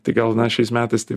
tai gal na šiais metais taip